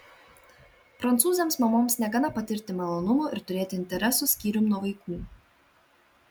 prancūzėms mamoms negana patirti malonumų ir turėti interesų skyrium nuo vaikų